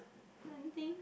anything